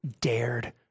dared